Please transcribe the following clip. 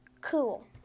Cool